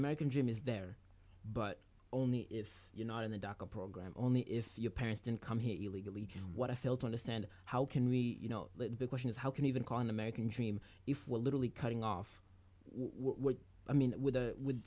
american dream is there but only if you're not in the dock a program only if your parents didn't come here illegally what i fail to understand how can we you know the question is how can even call an american dream if we're literally cutting off what i mean with such